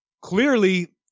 clearly